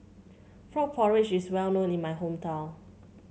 Frog Porridge is well known in my hometown